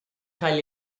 cael